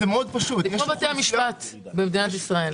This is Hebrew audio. זה כמו בתי המשפט במדינת ישראל.